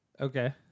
Okay